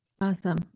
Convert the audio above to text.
Awesome